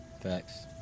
Facts